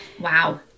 wow